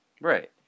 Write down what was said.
Right